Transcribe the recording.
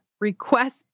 request